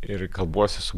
ir kalbuosi su